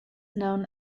known